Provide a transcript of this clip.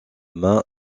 main